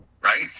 right